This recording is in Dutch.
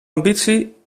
ambitie